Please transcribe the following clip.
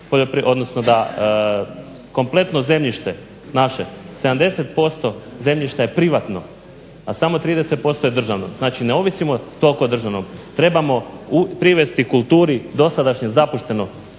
odnosno da kompletno zemljište naše 70% zemljišta je privatno a samo 30% je državno. Znači ne ovisimo toliko o državnom. Trebamo privesti kulturi dosadašnje zapušteno